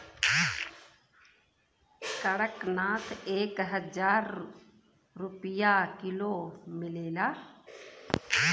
कड़कनाथ एक हजार रुपिया किलो मिलेला